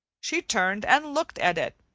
she turned and looked at it,